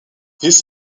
this